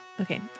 Okay